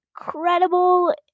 incredible